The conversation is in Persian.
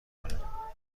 کنم